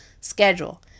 schedule